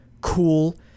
cool